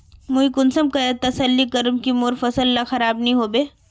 मुई कुंसम करे तसल्ली करूम की मोर फसल ला खराब नी होबे?